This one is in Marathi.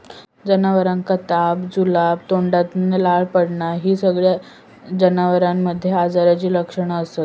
जनावरांका ताप, जुलाब, तोंडातना लाळ पडना हि सगळी जनावरांमध्ये आजाराची लक्षणा असत